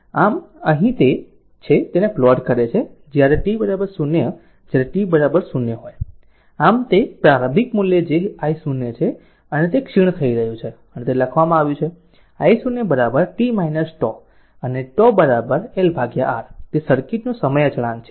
આમ અહીં તે છે તેને પ્લોટ કરે છે જ્યારે t 0 જ્યારે t 0 આમ તે આ પ્રારંભિક મૂલ્ય જે I0 છે અને તે ક્ષીણ થઈ રહ્યું છે અને તે લખવામાં આવ્યું છે I0 t τ અને τ L R તે સર્કિટ નો સમય અચળાંક છે